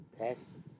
Test